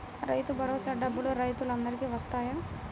రైతు భరోసా డబ్బులు రైతులు అందరికి వస్తాయా?